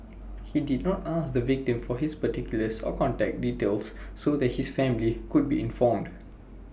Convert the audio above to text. he did not ask the victim for his particulars or contact details so that his family could be informed